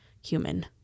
human